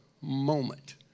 moment